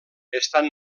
estan